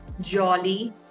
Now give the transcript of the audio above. jolly